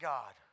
God